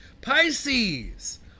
Pisces